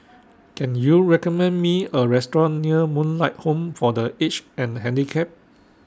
Can YOU recommend Me A Restaurant near Moonlight Home For The Aged and Handicapped